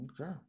Okay